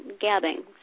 gabbing